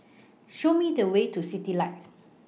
Show Me The Way to Citylights